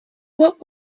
what